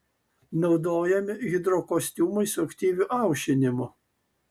naudojami hidrokostiumai su aktyviu aušinimu